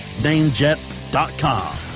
Namejet.com